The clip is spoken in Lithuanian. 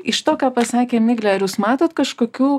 iš to ką pasakė miglė ar jūs matot kažkokių